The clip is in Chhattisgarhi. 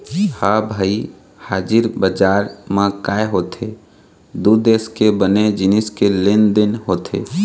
ह भई हाजिर बजार म काय होथे दू देश के बने जिनिस के लेन देन होथे